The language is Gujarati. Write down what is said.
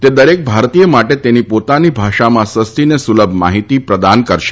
તે દરેક ભારતીય માટે તેની પોતાની ભાષામાં સસ્તી અને સુલભ માહિતી પ્રદાન કરશે